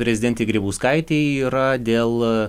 prezidentei grybauskaitei yra dėl